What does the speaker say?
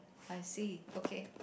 I see okay